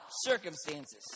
circumstances